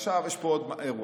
עכשיו יש פה עוד אירוע.